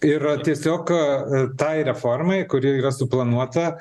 yra tiesiog tai reformai kuri yra suplanuota